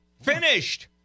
Finished